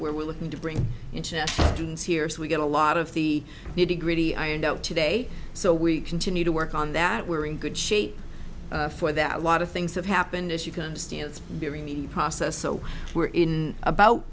ere we're looking to bring in dunes here so we get a lot of the nitty gritty ironed out today so we continue to work on that we're in good shape for that a lot of things have happened as you can understand it's very neat process so we're in about